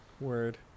Word